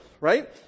right